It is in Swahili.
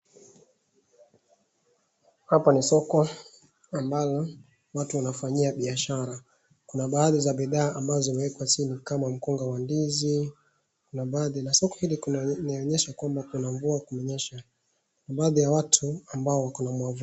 Hapa ni soko ambalo watu wanafanyia biashara. Kuna baadhi za bidhaa ambazo imewekwa chini kama mkunga wa ndizi na baadhi. Na soko inaonyesha kwamba kuna mvua kumenyesha, baadhi ya watu ambao wako na mwavuli.